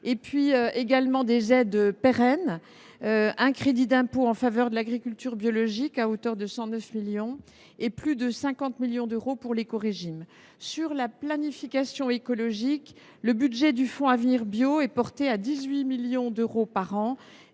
ont également été mises en place : un crédit d’impôt en faveur de l’agriculture biologique à hauteur de 109 millions d’euros et plus de 50 millions d’euros pour l’écorégime. Sur la planification écologique, le budget du fonds Avenir Bio a été porté à 18 millions d’euros par an